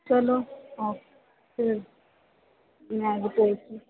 ਚਲੋ ਓਕੇ ਮੈਂ ਰਿਪੋਈਟ ਹੀ